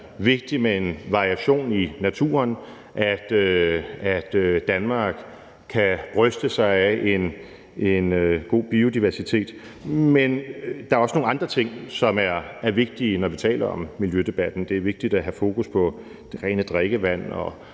vigtigt med en variation i naturen, og at Danmark kan bryste sig af en god biodiversitet, men der er også nogle andre ting, som er vigtige, når vi taler om miljødebatten. Det er vigtigt at have fokus på det rene drikkevand og